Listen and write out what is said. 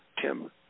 Tim